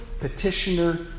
petitioner